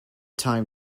time